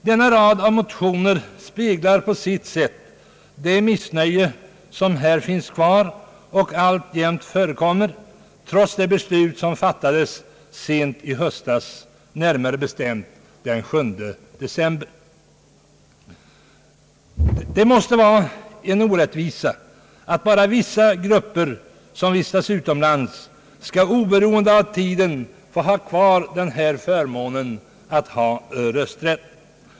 Denna rad av motioner speglar på sitt sätt det missnöje som alltjämt finns kvar trots det beslut som fattades sent i höstas, närmare bestämt den 7 december. Det måste vara en orättvisa att bara vissa grupper av svenskar som vistas utomlands skall oberoende av tiden få ha kvar förmånen att ha rösträtt.